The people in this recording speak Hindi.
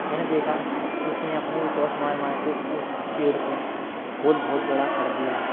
मैंने देखा कि उसने अपनी चोंच मार मारकर उस पेड़ पर होल बहुत बड़ा कर दिया है